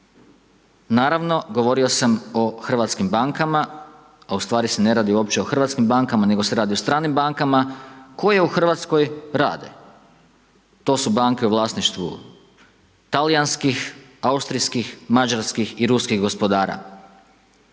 Naravno govorio sam o hrvatskim bankama a ustvari se ne radi uopće o hrvatskim bankama nego se radi o stranim bankama koje u Hrvatskoj rade. To su banke u vlasništvu talijanskih, austrijskih, mađarskih i ruskih gospodara.